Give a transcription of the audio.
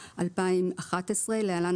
התשע"א-2011 ‏ (להלן,